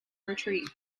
retreat